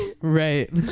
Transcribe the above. right